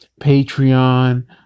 Patreon